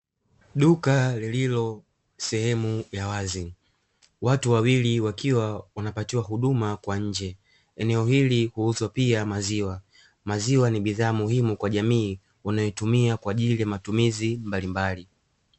Duka lililo sehemu ya wazi watu wawili, wakiwa wanapatiwa huduma kwa nje, eneo hili kuhusu pia maziwa, maziwa ni bidhaa muhimu kwa jamii unayoitumia kwa ajili ya matumizi mbalimbali.